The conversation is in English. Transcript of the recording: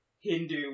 Hindu